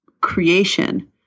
creation